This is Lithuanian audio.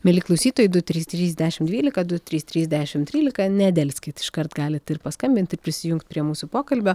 mieli klausytojai du trys trys dešimt dvylika du trys trys dešimt trylika nedelskit iškart galit ir paskambint ir prisijungt prie mūsų pokalbio